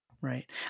Right